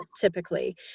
typically